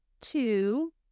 two